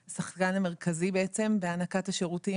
שבעיניי הוא השחקן המרכזי בהענקת השירותים.